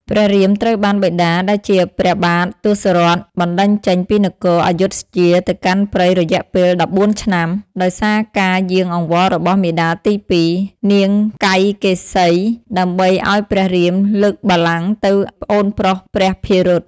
ព្រះរាមត្រូវបានបិតា ដែលជាព្រះបាទទសរថ បណ្ដេញចេញពីនគរអយុធ្យាទៅកាន់ព្រៃរយៈពេល ១៤ ឆ្នាំ ដោយសារការយាងអង្វររបស់មាតាទីពីរ នាងកៃកេសី ដើម្បីឲ្យព្រះរាមលើកបល្ល័ង្កទៅប្អូនប្រុសព្រះភិរុត ។